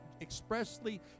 expressly